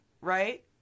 right